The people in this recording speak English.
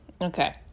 Okay